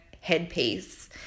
headpiece